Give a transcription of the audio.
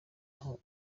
aho